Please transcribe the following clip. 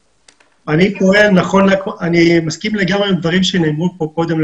אני מסכים לגמרי עם הדברים שנאמרו כאן קודם.